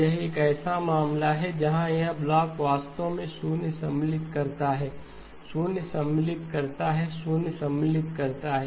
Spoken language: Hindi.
तो यह एक ऐसा मामला है जहां यह ब्लॉक वास्तव में शून्य सम्मिलित करता है शून्य सम्मिलित करता है शून्य सम्मिलित करता है